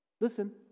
Listen